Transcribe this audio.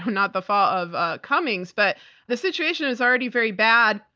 not the fault of ah cummings. but the situation is already very bad,